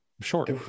Short